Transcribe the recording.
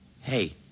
Hey